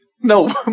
No